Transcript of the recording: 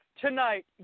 tonight